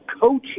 coaching